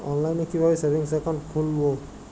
অনলাইনে কিভাবে savings account খুলবো?